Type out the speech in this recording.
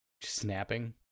snapping